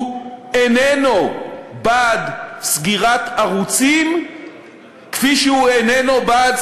הוא איננו בעד סגירת ערוצים כפי שהוא איננו בעד